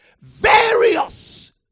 various